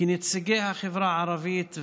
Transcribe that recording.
כנציגי החברה הערבית,